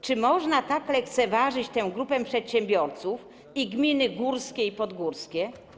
Czy można tak lekceważyć tę grupę przedsiębiorców i gminy górskie i podgórskie?